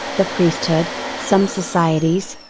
the priesthood, some societies,